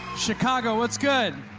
chicago, what's good?